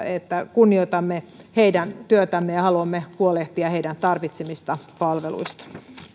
kunnioitamme heidän työtään ja haluamme huolehtia heidän tarvitsemistaan palveluista